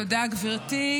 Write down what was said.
תודה, גברתי.